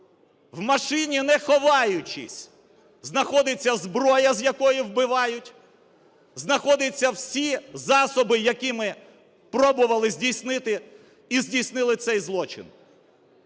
У машині, не ховаючись, знаходиться зброя, з якої вбивають, знаходяться всі засоби, якими пробували здійснити і здійснили цей злочин.